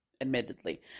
admittedly